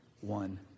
one